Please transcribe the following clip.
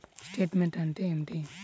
Statement అంటే ఏమిటి?